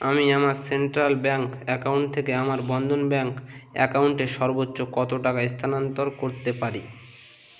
আমি আমার central bank account থেকে আমার বন্ধন ব্যাঙ্ক অ্যাকাউন্টে সর্বোচ্চ কত টাকা স্থানান্তর করতে পারি